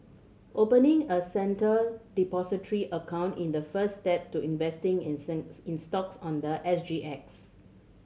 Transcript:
opening a Centre Depository account is the first step to investing in in stocks on the S G X